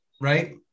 right